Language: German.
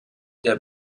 der